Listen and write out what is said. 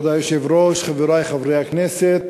כבוד היושב-ראש, חברי חברי הכנסת,